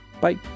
Bye